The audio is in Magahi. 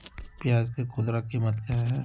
प्याज के खुदरा कीमत क्या है?